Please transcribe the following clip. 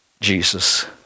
Jesus